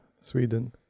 sweden